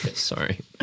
Sorry